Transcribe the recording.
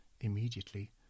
immediately